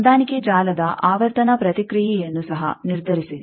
ಹೊಂದಾಣಿಕೆ ಜಾಲದ ಆವರ್ತನ ಪ್ರತಿಕ್ರಿಯೆಯನ್ನು ಸಹ ನಿರ್ಧರಿಸಿರಿ